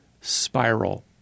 spiral